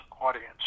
audience